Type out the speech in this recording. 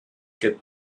gibt